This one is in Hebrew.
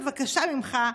בבקשה ממך,